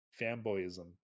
fanboyism